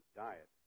diet